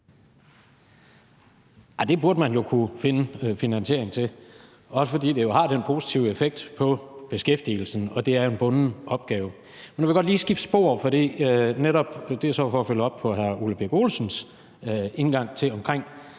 Det burde man jo kunne finde finansiering til, også fordi det har den positive effekt på beskæftigelsen. Og det er en bunden opgave. Nu vil jeg godt lige skifte spor, og det er så for at følge op på hr. Ole Birk Olesens indgang til alt